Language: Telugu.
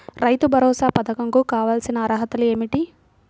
రైతు భరోసా పధకం కు కావాల్సిన అర్హతలు ఏమిటి?